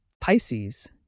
Pisces